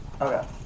Okay